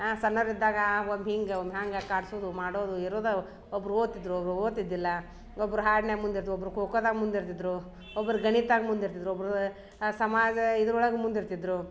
ಸಣ್ಣವ್ರಿದ್ದಾಗ ಒಮ್ಮೆ ಹಿಂಗ ಒಮ್ಮೆ ಹಂಗೆ ಕಾಡ್ಸುದು ಮಾಡೋದು ಇರುದ ಒಬ್ರು ಓದ್ತಿದ್ದರು ಒಬ್ರು ಓದ್ತಿದ್ದಿಲ್ಲ ಒಬ್ರು ಹಾಡ್ನ್ಯಾಗ ಮುಂದಿರ್ತ ಒಬ್ರು ಖೋಖೋದಾಗ ಮುಂದಿರ್ತಿದ್ದರು ಒಬ್ರು ಗಣಿತಾಗ ಮುಂದಿರ್ತಿದ್ದರು ಒಬ್ರ ಸಮಾಜ ಇದ್ರೊಳಗ ಮುಂದಿರ್ತಿದ್ದರು